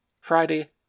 Friday